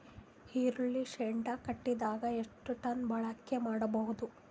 ಈರುಳ್ಳಿ ಶೆಡ್ ಕಟ್ಟಿದರ ಎಷ್ಟು ಟನ್ ಬಾಳಿಕೆ ಮಾಡಬಹುದು?